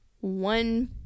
one